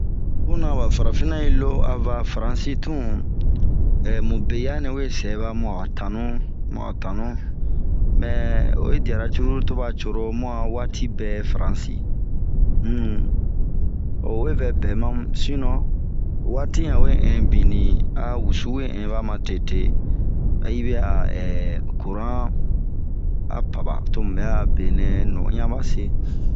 Puna ba farafina yilo ava faransi, ɛhh mubeya nɛ we sɛɛba ba bun a mu tanu, bun a tanu mɛɛ oyidiera cururu to ba ce'oro bun a wati bɛɛ faransi, unhun owe vɛ bɛɛ mamu sinɔn, wati, ɲawe ɛn bin a wusu we ɛnba matete. yibɛ a eeh kuran a paba to mu bɛ'a benɛ nɔ'aya base.